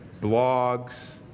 blogs